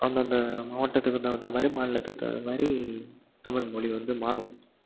அந்தந்த மாவட்டத்துக்கு தகுந்தமாதிரி மாநிலத்துக்கு தகுந்தமாதிரி தமிழ்மொழி வந்து மாறும் அந்தந்த